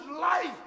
life